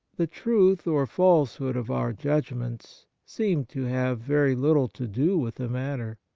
the truth or false hood of our judgments seem to have very little to do with the matter.